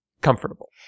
comfortable